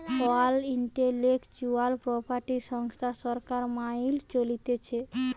world intellectual property সংস্থা সরকার মাইল চলতিছে